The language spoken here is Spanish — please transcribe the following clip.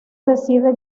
decide